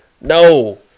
No